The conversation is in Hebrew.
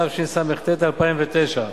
התשס"ט 2009,